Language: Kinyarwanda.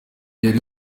yari